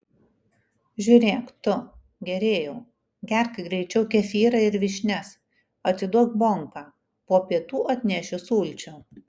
žiūrėk tu gėrėjau gerk greičiau kefyrą ir vyšnias atiduok bonką po pietų atnešiu sulčių